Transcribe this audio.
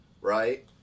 right